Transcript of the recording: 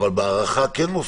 אבל בהארכה כן.